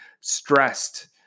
stressed